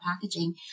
packaging